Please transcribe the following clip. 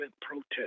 protest